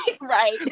Right